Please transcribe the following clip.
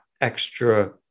extra